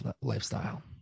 lifestyle